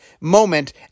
moment